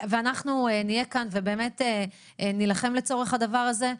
אנחנו נהיה כאן ונילחם לצורך הדבר הזה.